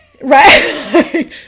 Right